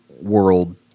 world